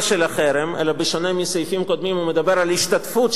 אלה שלושת המרכיבים העיקריים של הצעת החוק